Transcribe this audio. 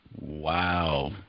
Wow